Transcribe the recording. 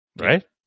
right